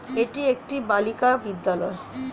এটি একটি বালিকা বিদ্যালয়